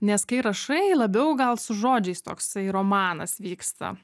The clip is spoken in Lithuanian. nes kai rašai labiau gal su žodžiais toksai romanas vyksta